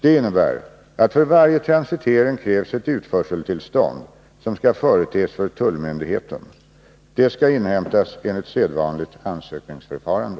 Det innebär att för varje transitering krävs ett utförseltillstånd som skall företes för tullmyndigheten. Det skall inhämtas enligt sedvanligt ansökningsförfarande.